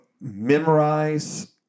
memorize